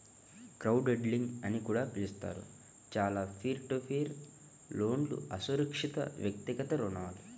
crowdlending అని కూడా పిలుస్తారు, చాలా పీర్ టు పీర్ లోన్లుఅసురక్షితవ్యక్తిగత రుణాలు